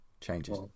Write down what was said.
changes